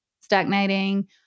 stagnating